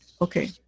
okay